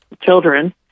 children